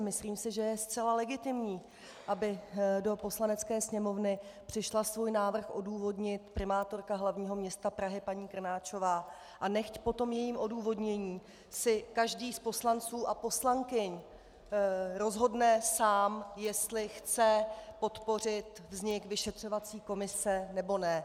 Myslím, že je zcela legitimní, aby do Poslanecké sněmovny přišla svůj návrh odůvodnit primátorka hlavního města Prahy paní Krnáčová a nechť po tom jejím odůvodnění si každý z poslanců a z poslankyň rozhodne sám, jestli chce podpořit vznik vyšetřovací komise, nebo ne.